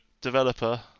developer